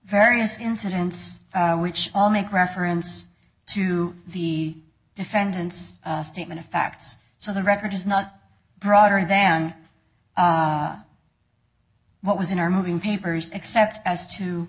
various incidents which all make reference to the defendant's statement of facts so the record is not broader than what was in our moving papers except as to